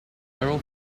carol